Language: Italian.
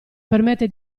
permette